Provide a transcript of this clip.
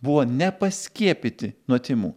buvo nepaskiepyti nuo tymų